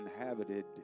inhabited